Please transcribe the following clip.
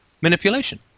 manipulation